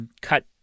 cut